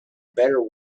better